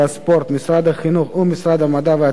משרד החינוך ומשרד המדע והטכנולוגיה.